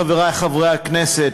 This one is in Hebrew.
חברי חברי הכנסת,